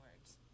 words